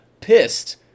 pissed